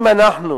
אם אנחנו